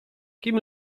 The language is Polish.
kim